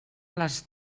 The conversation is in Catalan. les